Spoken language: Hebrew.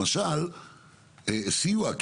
גם סיוע.